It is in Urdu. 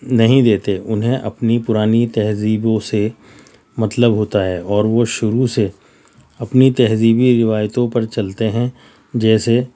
نہیں دیتے انہیں اپنی پرانی تہذیبوں سے مطلب ہوتا ہے اور وہ شروع سے اپنی تہذیبی روایتوں پر چلتے ہیں جیسے